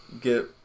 get